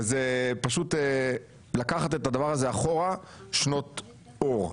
וזה פשוט לקחת את הדבר הזה אחורה שנות אור.